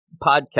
podcast